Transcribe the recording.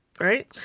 right